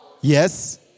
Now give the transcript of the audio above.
Yes